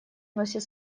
носят